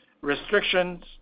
restrictions